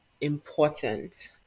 important